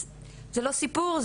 זה לא סיפור,